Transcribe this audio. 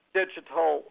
digital